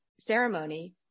ceremony